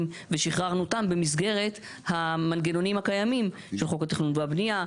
ושחררנו אותם במסגרת המנגנונים הקיימים של חוק התכנון והבנייה,